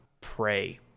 pray